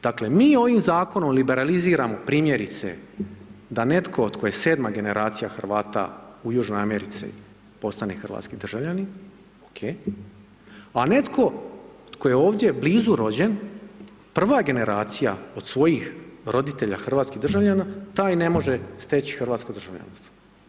Dakle mi ovim zakonom liberaliziramo primjerice da netko tko je 7. generacija Hrvata u Južnoj Americi postane hrvatski državljanin, OK, a netko tko je ovdje blizu rođen, prva generacija od svojih roditelja hrvatskih državljana taj ne može stječi hrvatsko državljanstvo.